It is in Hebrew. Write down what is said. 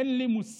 אין לי מושג